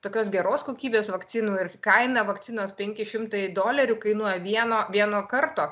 tokios geros kokybės vakcinų ir kaina vakcinos penki šimtai dolerių kainuoja vieno vieno karto